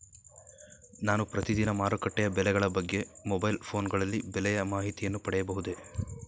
ನಾನು ಪ್ರತಿದಿನ ಮಾರುಕಟ್ಟೆಯ ಬೆಲೆಗಳ ಬಗ್ಗೆ ಮೊಬೈಲ್ ಫೋನ್ ಗಳಲ್ಲಿ ಬೆಲೆಯ ಮಾಹಿತಿಯನ್ನು ಪಡೆಯಬಹುದೇ?